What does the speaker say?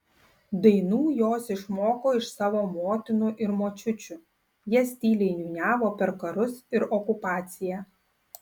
dainų jos išmoko iš savo motinų ir močiučių jas tyliai niūniavo per karus ir okupaciją